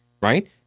right